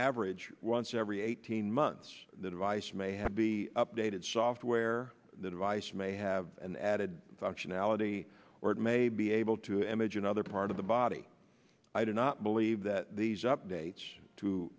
average once every eighteen months the device may have be updated software the device may have an added functionality or it may be able to image another part of the body i do not believe that these updates t